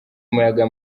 umuyaga